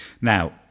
Now